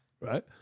Right